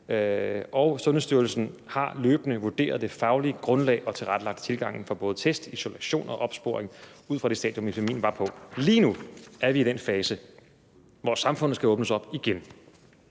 og Sundhedsstyrelsen har løbende vurderet det faglige grundlag og tilrettelagt tilgangen for både test, isolation og opsporing ud fra det stadium, epidemien var på. Lige nu er vi i den fase, hvor samfundet skal åbnes op igen.